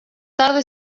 tarde